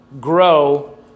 grow